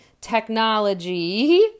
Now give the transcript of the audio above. technology